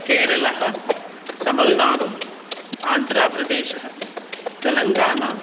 केरळः तमिल्नाडु आन्ध्रप्रदेशः तेलङ्गाना